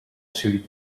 sud